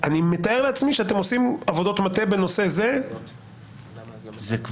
אני מתאר לעצמי שאתם עושים עבודות מטה בנושא זה כל הזמן.